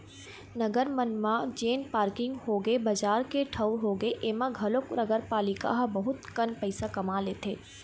नगर मन म जेन पारकिंग होगे, बजार के ठऊर होगे, ऐमा घलोक नगरपालिका ह बहुत कन पइसा कमा लेथे